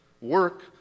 Work